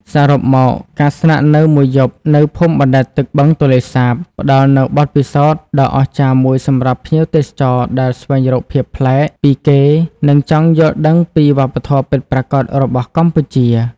សរុបមក ការស្នាក់នៅមួយយប់នៅភូមិបណ្ដែតទឹកបឹងទន្លេសាបផ្ដល់នូវបទពិសោធន៍ដ៏អស្ចារ្យមួយសម្រាប់ភ្ញៀវទេសចរដែលស្វែងរកភាពប្លែកពីគេ និងចង់យល់ដឹងពីវប្បធម៌ពិតប្រាកដរបស់កម្ពុជា។